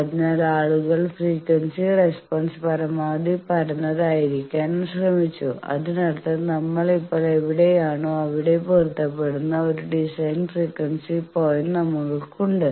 അതിനാൽ ആളുകൾ frequency response പരമാവധി പരന്നതായിരിക്കാൻ ശ്രമിച്ചു അതിനർത്ഥം നമ്മൾ ഇപ്പോൾ എവിടെയാണോ അവിടെ പൊരുത്തപ്പെടുന്ന ഒരു ഡിസൈൻ ഫ്രീക്വൻസി പോയിന്റ് നമ്മൾക്കുണ്ട്